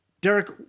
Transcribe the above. Derek